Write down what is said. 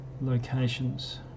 locations